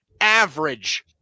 average